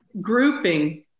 grouping